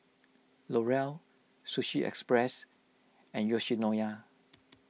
L'Oreal Sushi Express and Yoshinoya